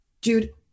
dude